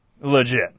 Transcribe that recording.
legit